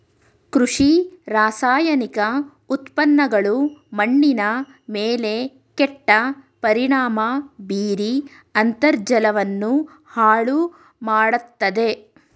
ಕೃಷಿ ರಾಸಾಯನಿಕ ಉತ್ಪನ್ನಗಳು ಮಣ್ಣಿನ ಮೇಲೆ ಕೆಟ್ಟ ಪರಿಣಾಮ ಬೀರಿ ಅಂತರ್ಜಲವನ್ನು ಹಾಳು ಮಾಡತ್ತದೆ